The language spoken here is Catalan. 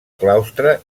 claustre